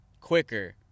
quicker